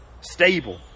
stable